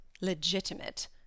legitimate